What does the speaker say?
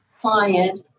client